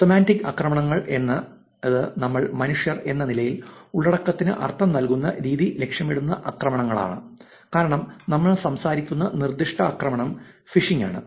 semantic ആക്രമണങ്ങൾ എന്നത് നമ്മൾ മനുഷ്യർ എന്ന നിലയിൽ ഉള്ളടക്കത്തിന് അർത്ഥം നൽകുന്ന രീതി ലക്ഷ്യമിടുന്ന ആക്രമണങ്ങളാണ് കാരണം നമ്മൾ സംസാരിക്കുന്ന നിർദ്ദിഷ്ട ആക്രമണം ഫിഷിംഗ് ആണ്